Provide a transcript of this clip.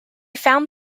found